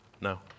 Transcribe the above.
No